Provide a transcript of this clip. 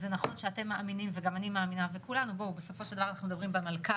ואתם מאמינים וגם אני מאמינה אנחנו מדברים במלכ"רים,